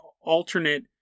alternate